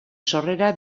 sorrera